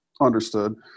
Understood